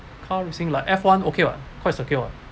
car racing like f one okay [what] quite secure